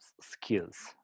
skills